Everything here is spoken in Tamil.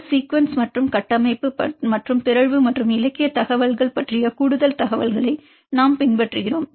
ஒரு சீக்வென்ஸ் மற்றும் கட்டமைப்பு மற்றும் பிறழ்வு மற்றும் இலக்கியத் தகவல்கள் பற்றிய கூடுதல் தகவல்களை நாம் பின்பற்றுகிறோம்